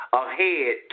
ahead